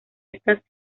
estas